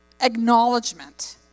acknowledgement